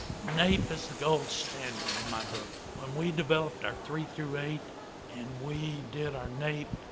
naep is the gold standard in my book. when we developed our three through eight and we did our naep,